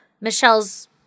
Michelle's